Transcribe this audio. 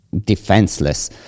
defenseless